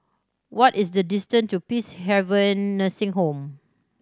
what is the distance to Peacehaven Nursing Home